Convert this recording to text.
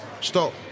stop